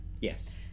Yes